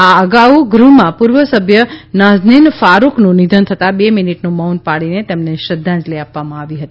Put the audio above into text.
આ અગાઉ ગૃહમાં પુર્વ સભ્ય નાઝનીન ફારૂકનું નિધન થતાં બે મીનીટનું મૌન પાળીને તેમને શ્રધ્ધાંજલી આપવામાં આવી હતી